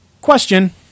Question